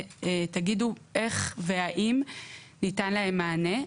ותגידו איך והאם ניתן להם מענה.